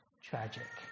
tragic